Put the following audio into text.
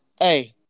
hey